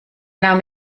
name